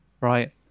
right